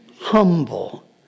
humble